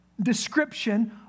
description